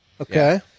Okay